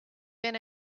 been